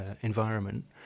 environment